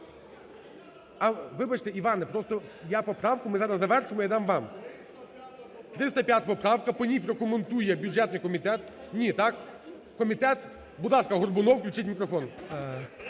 Вибачте, Іване, просто я поправку… ми зараз завершимо, я дам вам. 305 поправка, по ній прокоментує бюджетний комітет. Ні, так? Комітет… Будь ласка, Горбунов. Включіть мікрофон.